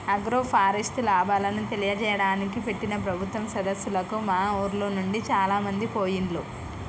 agroforest లాభాలను తెలియజేయడానికి పెట్టిన ప్రభుత్వం సదస్సులకు మా ఉర్లోనుండి చాలామంది పోయిండ్లు